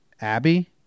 Abby